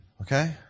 Okay